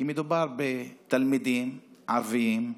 כי מדובר בתלמידים ערבים,